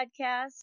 podcast